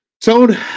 Tone